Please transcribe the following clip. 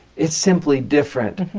it's simply different.